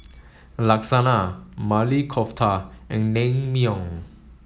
Lasagna Maili Kofta and Naengmyeon